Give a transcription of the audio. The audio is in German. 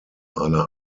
einer